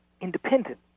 independent